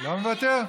לא מוותר?